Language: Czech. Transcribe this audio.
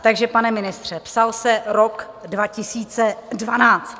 Takže pane ministře, psal se rok 2012.